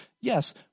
yes